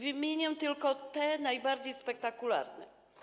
Wymienię tylko te najbardziej spektakularne.